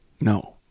no